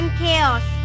chaos